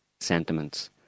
sentiments